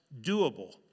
doable